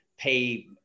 pay